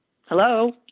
Hello